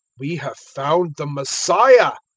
we have found the messiah!